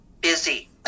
busy